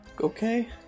okay